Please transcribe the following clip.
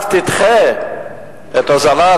רק תדחה את הוזלת,